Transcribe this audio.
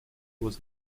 was